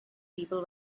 people